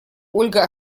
ольга